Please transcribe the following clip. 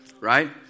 right